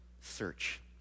search